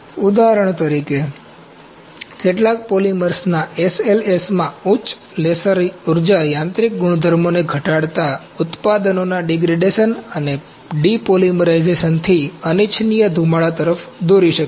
ઉદાહરણ તરીકે કેટલાક પોલિમર્સના SLSમાં ઉચ્ચ લેસર ઊર્જા યાંત્રિક ગુણધર્મોને ઘટાડતા ઉત્પાદનોના ડિગ્રેડેશન અને ડિપોલિમરાઇઝેશનથી અનિચ્છનીય ધુમાડા તરફ દોરી શકે છે